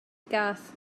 gath